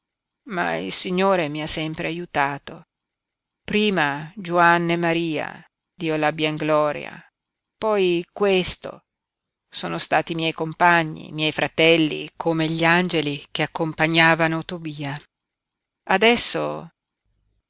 ma il signore mi ha sempre aiutato prima juanne maria dio l'abbia in gloria poi questo sono stati i miei compagni i miei fratelli come gli angeli che accompagnavano tobia adesso